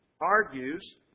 argues